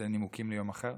זה נימוקים ליום אחר.